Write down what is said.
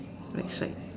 right side